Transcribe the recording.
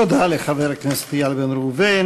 תודה לחבר הכנסת איל בן ראובן.